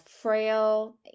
frail